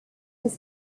his